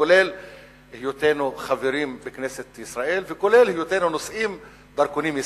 כולל היותנו חברים בכנסת ישראל וכולל היותנו נושאים דרכונים ישראליים,